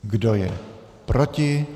Kdo je proti?